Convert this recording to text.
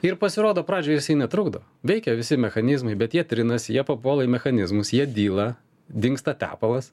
ir pasirodo pradžioj jisai netrukdo veikia visi mechanizmai bet jie trinasi jie papuola į mechanizmus jie dyla dingsta tepalas